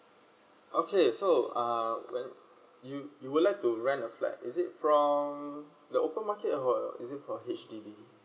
okay so uh when you you would like to rent a flat is it from the open market or is it for H_D_B